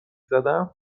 زدم